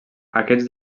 aquests